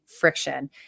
friction